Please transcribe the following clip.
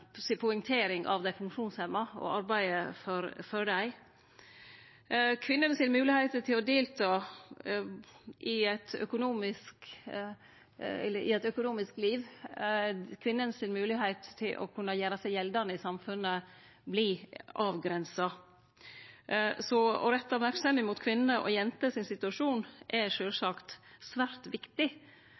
poengtering av dei funksjonshemma og arbeidet for dei. Kvinnene sine moglegheiter til å delta i eit økonomisk liv, kvinnene si moglegheit til å kunne gjere seg gjeldande i samfunnet vert avgrensa, så å rette merksemda mot kvinnene og jentene sin situasjon er sjølvsagt svært viktig.